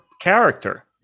character